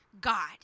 God